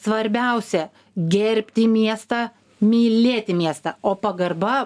svarbiausia gerbti miestą mylėti miestą o pagarba